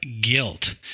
guilt